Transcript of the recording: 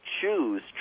choose